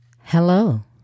Hello